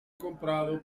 comprado